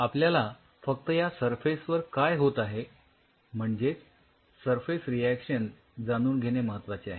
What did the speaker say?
आपल्याला फक्त या सरफेस वर काय होत आहे म्हणजेच सरफेस रिऍक्शन जाणून घेणे महत्वाचे आहे